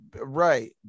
right